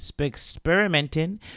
experimenting